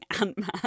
Ant-Man